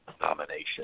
nomination